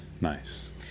Nice